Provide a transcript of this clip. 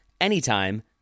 anytime